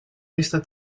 esta